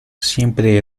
siempre